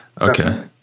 okay